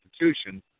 institutions